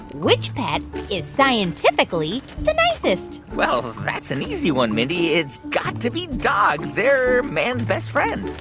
which pet is scientifically the nicest? well, that's an easy one, mindy. it's got to be dogs. they're man's best friend